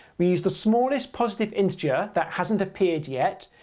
we use the smallest positive integer that hasn't appeared yet,